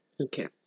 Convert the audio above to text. okay